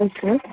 okay